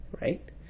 right